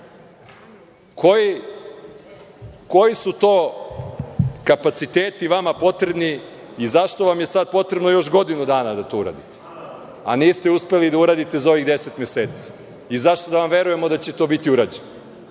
Koji su to kapaciteti vama potrebni i zašto vam je sad potrebno još godinu dana da to uradite, a niste uspeli da uradite za ovih deset meseci? Zašto da vam verujemo da će to biti urađeno?